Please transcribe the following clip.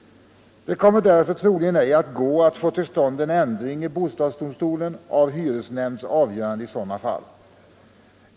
Det kommer därför troligen ej att gå att få till stånd en ändring i bostadsdomstolen av hyresnämnds avgöranden i sådana fall.